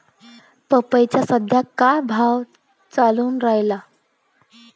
पपईचा सद्या का भाव चालून रायला?